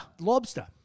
Lobster